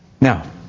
Now